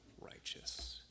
righteous